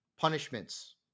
punishments